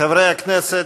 חברי הכנסת,